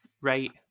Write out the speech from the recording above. right